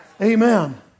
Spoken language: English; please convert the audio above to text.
Amen